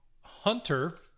Hunter